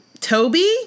Toby